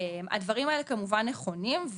הדברים האלה כמובן נכונים,